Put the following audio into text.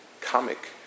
comic